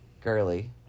girly